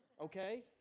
Okay